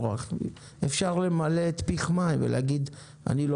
אפשר למלא את פיך מים ולהגיד שאת לא